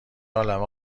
عالمه